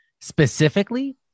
Specifically